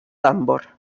tambor